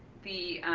the